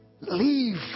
leave